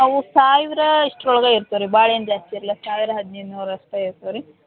ಅವು ಸಾವಿರ ಇಷ್ಟರೊಳಗೆ ಇರ್ತಾವೆ ರೀ ಭಾಳ ಏನು ಜಾಸ್ತಿ ಇಲ್ಲ ಸಾವಿರ ಹದಿನೈದು ನೂರು ಅಷ್ಟೇ ಇರ್ತವೆ ರೀ